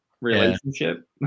Relationship